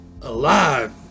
alive